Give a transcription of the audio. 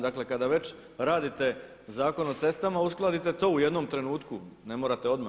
Dakle, kada već radite Zakon o cestama uskladite to u jednom trenutku, ne morate odmah.